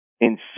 insane